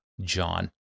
John